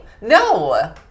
No